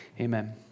amen